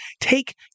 take